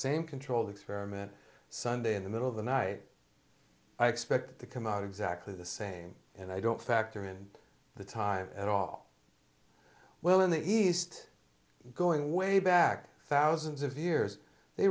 same controlled experiment sunday in the middle of the night i expect to come out exactly the same and i don't factor in the time at all well in the east going way back thousands of years they